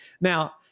now